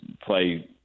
play